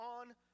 on